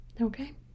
okay